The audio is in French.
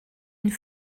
une